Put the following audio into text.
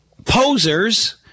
posers